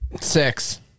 Six